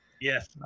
Yes